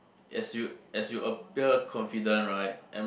as you as you appear confident right I'm